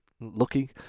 lucky